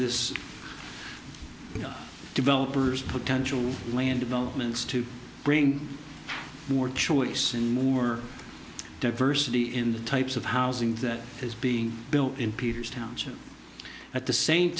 know developers potential land developments to bring more choice in more diversity in the types of housing that is being built in peter's township at the same